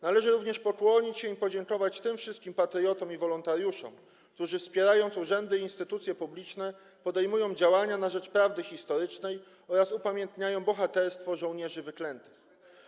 Należy również pokłonić się i podziękować tym wszystkim patriotom i wolontariuszom, którzy wspierając urzędy i instytucje publiczne, podejmują działania na rzecz prawdy historycznej oraz upamiętniają bohaterstwo żołnierzy wyklętych.